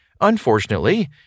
Unfortunately